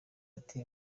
ati